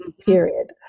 period